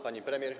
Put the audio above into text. Pani Premier!